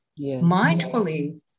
mindfully